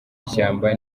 ishyamba